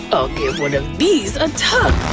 i'll give one of these a tug!